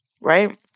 right